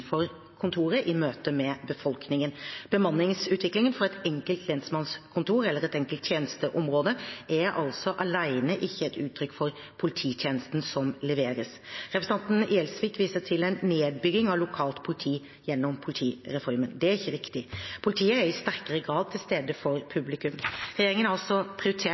for et enkelt lensmannskontor eller et enkelt tjenesteområde er altså alene ikke et uttrykk for polititjenestene som leveres. Representanten Gjelsvik viser til en nedbygging av lokalt politi gjennom politireformen. Det er ikke riktig. Politiet er i sterkere grad til stede for publikum. Regjeringen har prioritert